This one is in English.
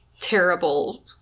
terrible